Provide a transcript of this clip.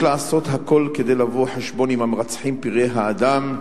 יש לעשות הכול כדי לבוא חשבון עם המרצחים פראי האדם,